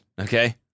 Okay